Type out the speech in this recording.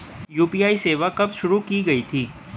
UPI सेवा कब शुरू की गई थी?